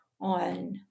on